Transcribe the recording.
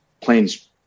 plane's